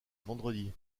vendredi